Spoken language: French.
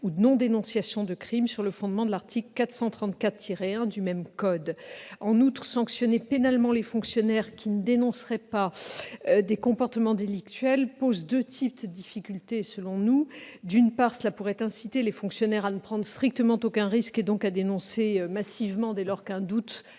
ou de non-dénonciation de crimes, sur le fondement de l'article 434-1 du même code. En outre, sanctionner pénalement les fonctionnaires qui ne dénonceraient pas des comportements délictuels pose, selon nous, deux types de difficultés. D'une part, cela pourrait inciter les fonctionnaires à ne prendre strictement aucun risque, donc à dénoncer massivement dès lors qu'un doute